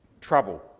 trouble